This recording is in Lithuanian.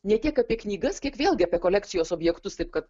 ne tiek apie knygas kiek vėlgi apie kolekcijos objektus taip kad